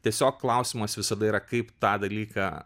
tiesiog klausimas visada yra kaip tą dalyką